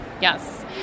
Yes